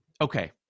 okay